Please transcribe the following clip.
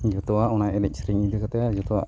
ᱡᱷᱚᱛᱚᱣᱟᱜ ᱚᱱᱟ ᱮᱱᱮᱡ ᱥᱮᱨᱮᱧ ᱤᱫᱤ ᱠᱟᱛᱮ ᱡᱷᱚᱛᱚᱣᱟᱜ